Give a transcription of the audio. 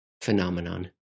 phenomenon